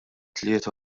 tlieta